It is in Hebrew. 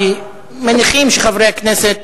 כי מניחים שחברי הכנסת,